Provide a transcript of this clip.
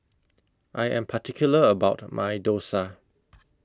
I Am particular about My Dosa